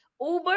Uber